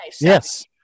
yes